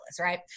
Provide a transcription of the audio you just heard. right